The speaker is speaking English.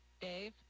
Dave